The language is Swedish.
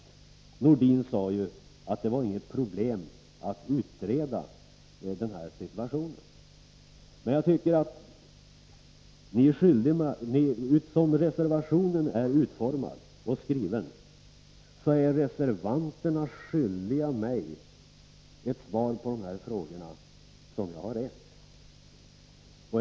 Sven-Erik Nordin sade ju att det inte var något problem att utreda den här situationen. Men jag tycker att så som reservationen är utformad, är reservanterna skyldiga mig ett svar på den fråga som jag rest.